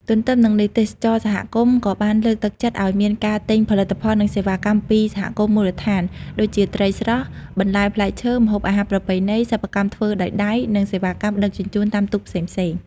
ទន្ទឹមនឹងនេះ ទេសចរណ៍សហគមន៍ក៏បានលើកទឹកចិត្តឱ្យមានការទិញផលិតផលនិងសេវាកម្មពីសហគមន៍មូលដ្ឋាន ដូចជាត្រីស្រស់ បន្លែផ្លែឈើ ម្ហូបអាហារប្រពៃណី សិប្បកម្មធ្វើដោយដៃ និងសេវាកម្មដឹកជញ្ជូនតាមទូកផ្សេងៗ។